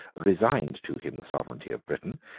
resigned to him the sovereignty of britain,